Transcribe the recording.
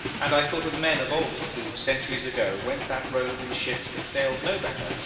and i thought of men of old who, centuries ago, went that road in ships that sailed no better,